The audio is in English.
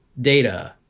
data